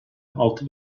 altı